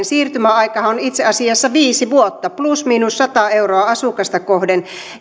siirtymäaikahan on itse asiassa viisi vuotta plus miinus sata euroa asukasta kohden